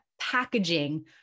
packaging